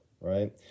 right